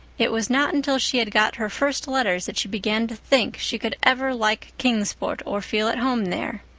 it was not until she had got her first letters that she began to think she could ever like kingsport or feel at home there.